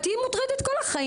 'את תהי מוטרדת כל החיים,